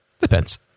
depends